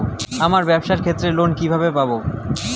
আমার ব্যবসার ক্ষেত্রে লোন কিভাবে পাব?